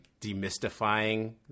demystifying